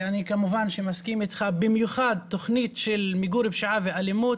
אני כמובן מסכים אתך במיוחד תוכנית של מיגור פשיעה ואלימות